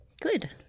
Good